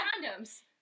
condoms